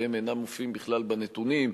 והם אינם מופיעים בכלל בנתונים.